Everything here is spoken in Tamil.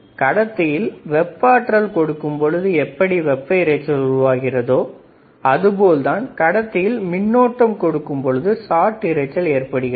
கடத்தியில் வெப்ப ஆற்றல் கொடுக்கும்பொழுது எப்படி வெப்ப இரைச்சல் உருவாகிறதோ அது போல்தான் கடத்தியில் மின்னோட்டம் கொடுக்கும் பொழுது ஷாட்டு இரைச்சல் ஏற்படுகிறது